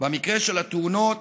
במקרה של התאונות,